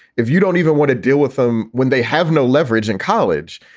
if you don't even want to deal with them when they have no leverage in college,